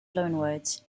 loanwords